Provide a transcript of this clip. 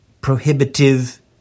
prohibitive